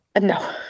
No